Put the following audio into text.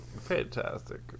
Fantastic